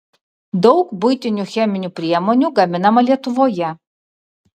daug buitinių cheminių priemonių gaminama lietuvoje